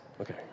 okay